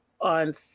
on